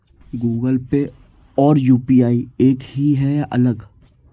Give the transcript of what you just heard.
Google Pay और UPI एक ही है या अलग?